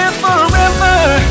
forever